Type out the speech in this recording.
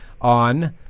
on